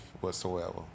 whatsoever